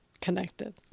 connected